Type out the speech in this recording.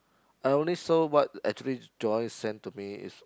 I only saw what actually Joyce send to me is